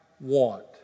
want